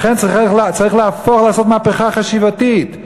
לכן צריך לעשות מהפכה חשיבתית.